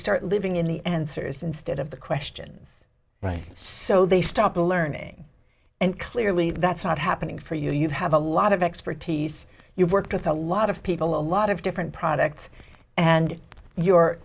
start living in the answers instead of the questions right so they stop learning and clearly that's not happening for you you have a lot of expertise you've worked with a lot of people a lot of different products and you're